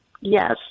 Yes